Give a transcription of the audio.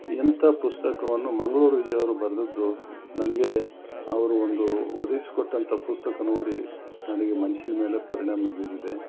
ಎಂಥ ಪುಸ್ತಕವನ್ನು ಮಂಗ್ಳೂರು ವಿಜಯ್ ಅವರು ಬರೆದದ್ದು ನನಗೆ ಅವರು ಒಂದು ಒದಗಿಸಿಕೊಟ್ಟಂತ ಪುಸ್ತಕ ನೋಡಿ ನನಗೆ ಮನ್ಸಿನಮೇಲೆ ಪರಿಣಾಮ ಬೀರಿದೆ